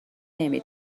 نمی